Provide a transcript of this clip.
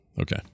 Okay